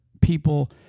people